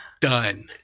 done